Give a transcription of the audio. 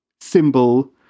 symbol